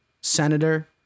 senator